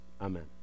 Amen